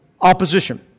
opposition